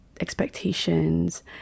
expectations